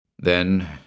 Then